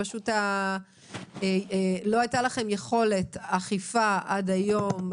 שלא הייתה לכם יכולת אכיפה עד היום,